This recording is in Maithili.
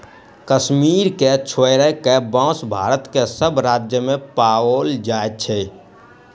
कश्मीर के छोइड़ क, बांस भारत के सभ राज्य मे पाओल जाइत अछि